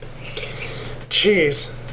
Jeez